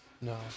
No